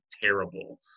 terrible